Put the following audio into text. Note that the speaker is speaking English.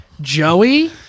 Joey